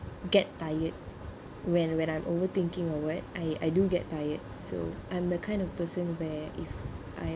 get tired when when I'm overthinking or what I I do get tired so I'm the kind of person where if I